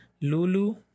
Lulu